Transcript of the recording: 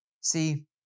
See